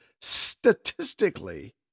Statistically